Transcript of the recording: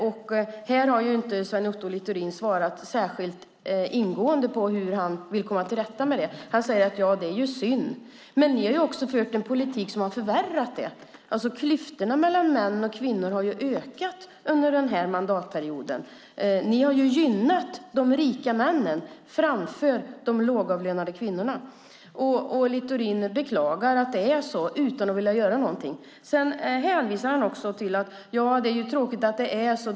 Sven Otto Littorin har inte svarat särskilt ingående på hur han vill komma till rätta med det. Han säger att det är synd. Men ni har fört en politik som har förvärrat det. Klyftorna mellan män och kvinnor har ökat under den här mandatperioden. Ni har gynnat de rika männen framför de lågavlönade kvinnorna. Littorin beklagar att det är så utan att vilja göra något. Han hänvisar till att det är tråkigt att det är så.